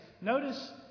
notice